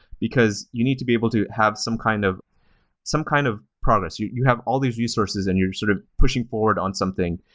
because you need to be able to have some kind of kind of progress. you you have all these resources and you're sort of pushing forward on something.